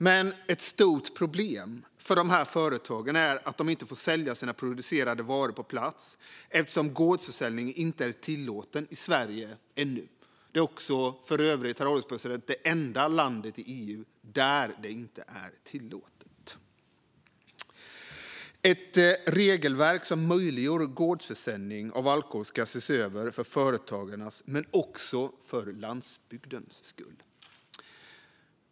Men ett stort problem för dessa företag är att de inte får sälja sina producerade varor på plats eftersom gårdsförsäljning inte är tillåten i Sverige ännu. Sverige är för övrigt det enda land i EU där detta inte är tillåtet. Ett regelverk som möjliggör gårdsförsäljning av alkohol ska ses över för företagarnas men också för landsbygdens skull.